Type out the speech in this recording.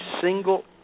single